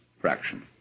fraction